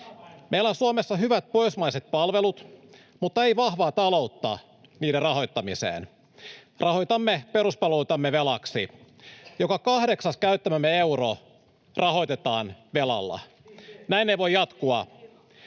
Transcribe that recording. Meillä on Suomessa hyvät pohjoismaiset palvelut mutta ei vahvaa taloutta niiden rahoittamiseen. Rahoitamme peruspalveluitamme velaksi. Joka kahdeksas käyttämämme euro rahoitetaan velalla. Näin ei voi jatkua.